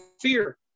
fear